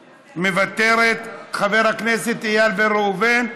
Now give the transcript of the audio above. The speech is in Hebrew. מוותרת, חבר הכנסת איל בן ראובן,